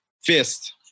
fist